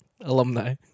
alumni